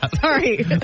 Sorry